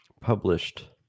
published